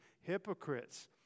hypocrites